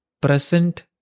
present